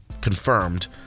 confirmed